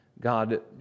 God